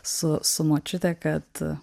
su su močiute kad